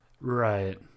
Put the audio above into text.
Right